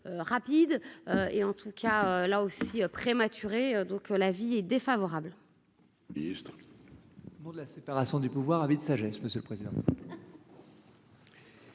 rapide et en tout cas là aussi prématuré, donc l'avis est défavorable.